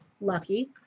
lucky